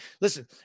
Listen